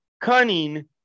cunning